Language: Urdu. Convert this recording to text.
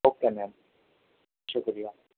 اوکے میم شکریہ